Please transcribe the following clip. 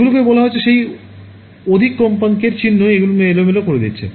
এগুলকেই বলা হয়েছে সেই অধিক কম্পাঙ্কের চিহ্ন যা এই ক্ষেত্রকে এলোমেলো করে দিচ্ছে